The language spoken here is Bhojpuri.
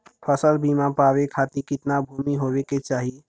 फ़सल बीमा पावे खाती कितना भूमि होवे के चाही?